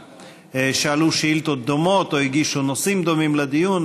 שאלו שאילתות דומות או הגישו נושאים דומים לדיון,